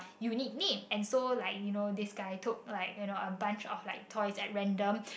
unique name and so like you know this guy took like you know a bunch of like toys at random